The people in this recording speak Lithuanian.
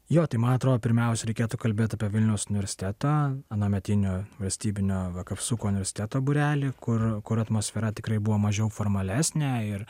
jo tai man atrodo pirmiausia reikėtų kalbėti apie vilniaus universitetą anuometinio valstybinio kapsuko universiteto būrelį kur kur atmosfera tikrai buvo mažiau formalesnė ir